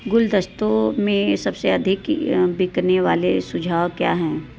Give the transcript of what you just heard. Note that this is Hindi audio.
गुलदस्तों में सबसे अधिक बिकने वाले सुझाव क्या हैं